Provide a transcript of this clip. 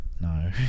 no